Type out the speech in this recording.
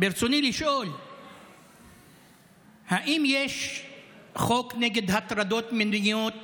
ברצוני לשאול: 1. האם יש חוק נגד הטרדות מיניות